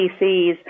PCs